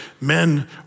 Men